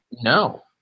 no